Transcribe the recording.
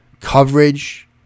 coverage